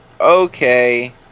okay